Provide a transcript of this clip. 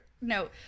No